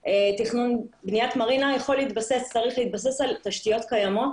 בניית מרינה צריך להתבסס על תשתיות קיימות,